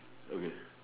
okay